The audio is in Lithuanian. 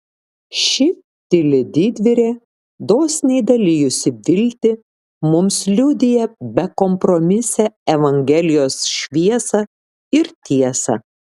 ši tyli didvyrė dosniai dalijusi viltį mums liudija bekompromisę evangelijos šviesą ir tiesą